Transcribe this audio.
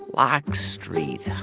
block street.